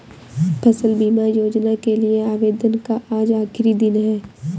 फसल बीमा योजना के लिए आवेदन का आज आखरी दिन है